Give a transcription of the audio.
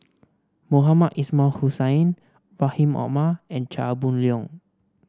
Mohamed Ismail Hussain Rahim Omar and Chia Boon Leong